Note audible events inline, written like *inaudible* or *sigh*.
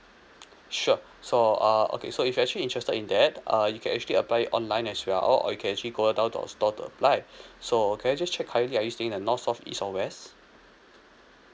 *noise* sure so err okay so if you're actually interested in that uh you can actually apply it online as well or you can actually go down to our store to apply so can I just check currently are you staying in the north south east or west